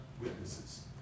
witnesses